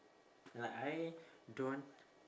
like I don't